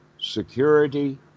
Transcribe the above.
security